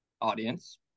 audience